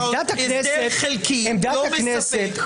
הסדר חלקי ולא מספק.